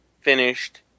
finished